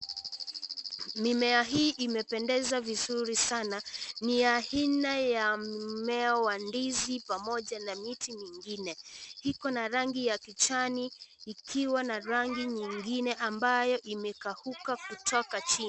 Mimea hii imempendeza vizuri sana. Ni ya aina ya mimea wa ndizi pamoja na miti mingine. Iko na rangi ya jani ikiwa na rangi nyingine ambayo imekauka kutoka chini.